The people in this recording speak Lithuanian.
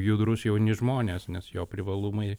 judrūs jauni žmonės nes jo privalumai